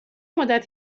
مدت